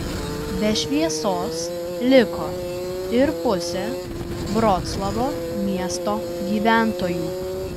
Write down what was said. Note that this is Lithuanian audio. be šviesos liko ir pusė vroclavo miesto gyventojų